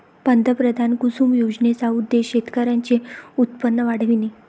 पंतप्रधान कुसुम योजनेचा उद्देश शेतकऱ्यांचे उत्पन्न वाढविणे